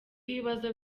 ibibazo